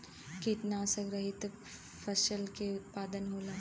कीटनाशक रहित फसल के उत्पादन होला